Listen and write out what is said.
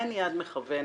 אין יד מכוונת,